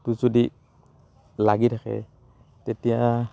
টো যদি লাগি থাকে তেতিয়া